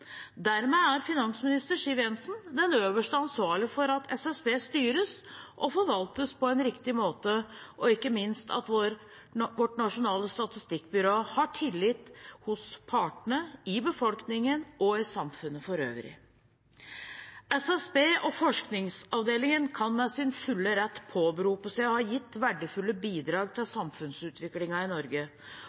Dermed er finansminister Siv Jensen den øverste ansvarlige for at SSB styres og forvaltes på en riktig måte, og ikke minst at vårt nasjonale statistikkbyrå har tillit hos partene, i befolkningen og i samfunnet for øvrig. SSB og forskningsavdelingen kan med rette påberope seg å ha gitt verdifulle bidrag til samfunnsutviklingen i Norge